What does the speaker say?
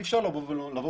אי אפשר לבוא ולומר,